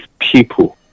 people